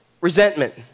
resentment